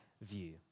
view